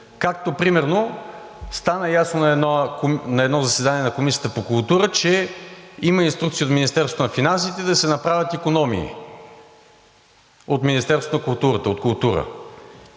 както примерно стана ясно на едно заседание на Комисията по култура, че има инструкция от Министерството на финансите да се направят икономии от Министерството на културата, от култура.